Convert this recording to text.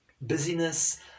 busyness